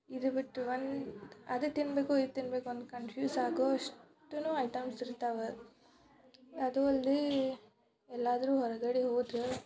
ಇದು ಬಿಟ್ಟು ಒನ್ ಅದು ತಿನ್ನಬೇಕು ಇದು ತಿನ್ನಬೇಕು ಅನ್ ಕನ್ಫ್ಯೂಸ್ ಆಗೋ ಅಷ್ಟು ಐಟಮ್ಸ್ ಇರ್ತವೆ ಅದೂ ಅಲ್ಲದೆ ಎಲ್ಲಾದರೂ ಹೊರಗಡೆ ಹೋದ್ರೆ